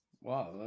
Wow